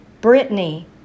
Brittany